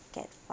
cat fight